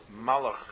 Malach